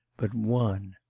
but one.